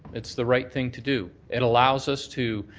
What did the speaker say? it's the right thing to do. it allows us to,